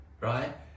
right